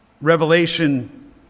Revelation